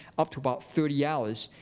up to about thirty hours,